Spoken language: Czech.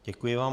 Děkuji vám.